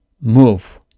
move